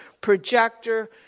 projector